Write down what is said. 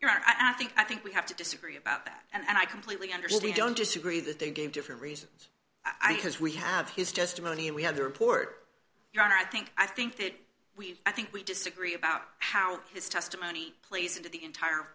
honor i think i think we have to disagree about that and i completely understood we don't disagree that they gave different reasons i because we have his testimony and we have the report you are i think i think that we i think we disagree about how his testimony plays into the entire